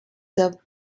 served